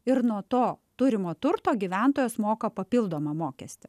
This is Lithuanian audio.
ir nuo to turimo turto gyventojas moka papildomą mokestį